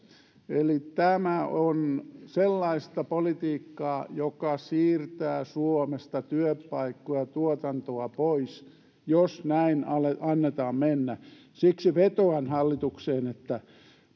tämä on sellaista politiikkaa joka siirtää suomesta työpaikkoja ja tuotantoa pois jos näin annetaan mennä siksi vetoan hallitukseen että